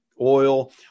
oil